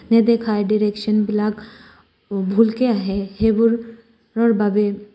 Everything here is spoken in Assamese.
নেদেখাই ডিৰেকশ্যনবিলাক ভুলকে আহে সেইবোৰৰ বাবে